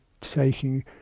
taking